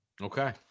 Okay